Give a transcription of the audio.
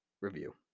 review